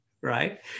right